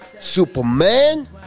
Superman